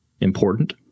important